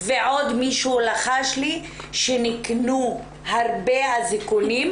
ועוד מישהו לחש לי שניקנו הרבה אזיקונים,